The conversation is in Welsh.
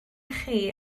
chi